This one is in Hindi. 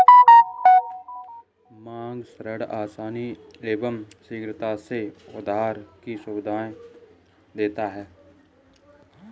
मांग ऋण आसानी एवं शीघ्रता से उधार की सुविधा देता है